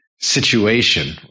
situation